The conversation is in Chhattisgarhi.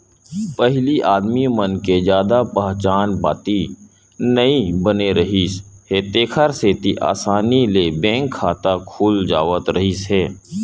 पहिली आदमी मन के जादा पहचान पाती नइ बने रिहिस हे तेखर सेती असानी ले बैंक खाता खुल जावत रिहिस हे